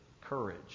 courage